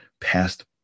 past